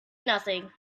nothing